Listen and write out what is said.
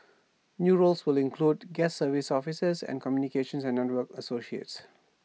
new roles will include guest services officers and communication and network associates